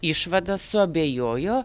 išvadą suabejojo